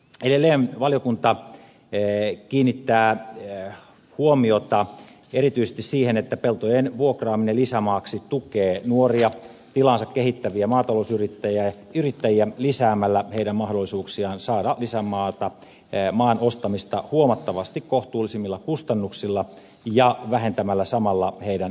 edelleen valiokunta kiinnittää huomiota erityisesti siihen että peltojen vuokraaminen lisämaaksi tukee nuoria tilaansa kehittäviä maatalousyrittäjiä lisäämällä heidän mahdollisuuksiaan saada lisämaata huomattavasti kohtuullisemmilla kustannuksilla ja vähentämällä samalla heidän velkaantumistaan